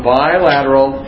bilateral